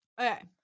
Okay